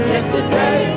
Yesterday